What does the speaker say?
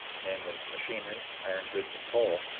namely, machinery, iron goods, and coal,